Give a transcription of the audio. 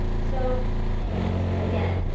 so again,